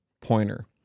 Pointer